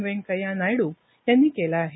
वेंकय्या नायडू यांनी केलं आहे